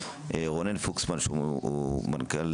רונן פוקסמן מנכ"ל